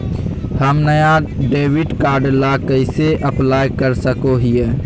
हम नया debit card ला कइसे अप्लाई कर सको हियै?